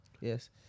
Yes